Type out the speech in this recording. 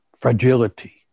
fragility